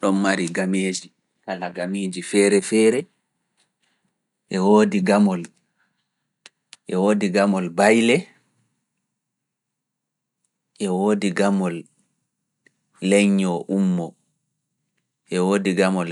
Amol gbaile, gamol